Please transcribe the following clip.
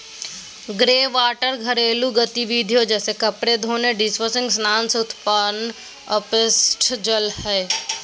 greywater घरेलू गतिविधिय जैसे कपड़े धोने, डिशवाशिंग स्नान से उत्पन्न अपशिष्ट जल हइ